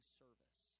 service